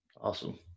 awesome